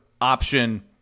option